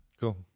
cool